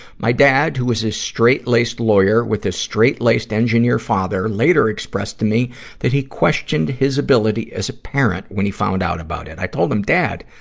my dad, who was a straight-laced lawyer with a straight-laced engineer father, later expressed to me that he questioned his ability as a parent when he found out ant it. i told him, dad,